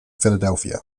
philadelphia